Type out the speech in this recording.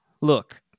Look